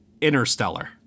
Interstellar